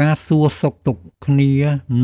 ការសួរសុខទុក្ខគ្នា